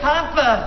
Papa